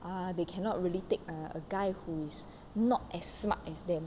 uh they cannot really take a guy who is not as smart as them